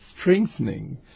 strengthening